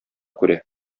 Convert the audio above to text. күрә